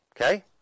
Okay